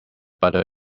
butter